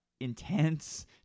intense